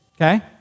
Okay